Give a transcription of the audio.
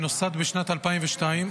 שנוסד בשנת 2002,